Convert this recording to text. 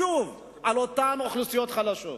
שוב, באותן אוכלוסיות חלשות.